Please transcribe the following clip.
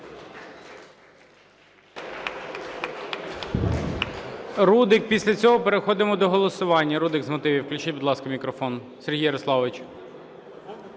Рудик. Після цього переходимо до голосування. Рудик з мотивів, включіть, будь ласка, мікрофон. Сергій Ярославович.